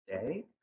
today